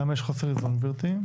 למה יש חוסר איזון גברתי?